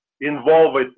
Involved